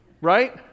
right